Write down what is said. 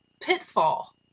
pitfall